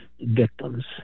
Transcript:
victims